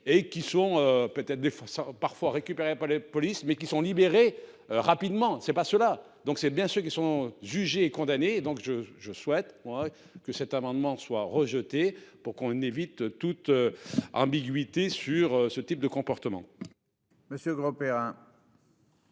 des fois ça parfois récupéré pas les polices mais qui sont libérés rapidement c'est pas cela, donc c'est bien ce qui sont jugés et condamnés. Donc je je souhaite moi que cet amendement soit rejeté pour qu'on évite toute. Ambiguïté sur ce type de comportement.